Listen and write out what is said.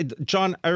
John